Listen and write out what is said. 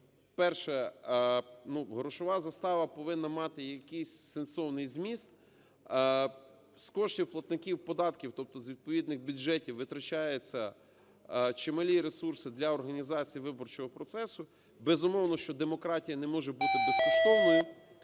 Перше. Ну, грошова застава повинна мати якийсь сенсовний зміст. З коштів платників податків, тобто з відповідних бюджетів, витрачаються чималі ресурси для організації виборчого процесу, безумовно, що демократія не може бути безкоштовною.